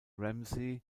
ramsey